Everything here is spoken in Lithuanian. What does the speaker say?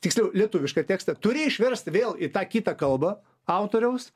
tiksliau lietuvišką tekstą turi išverst vėl į tą kitą kalbą autoriaus